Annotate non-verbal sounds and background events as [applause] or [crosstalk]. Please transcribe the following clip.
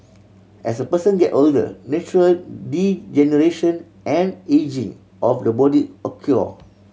as a person get older natural degeneration and ageing of the body [unintelligible]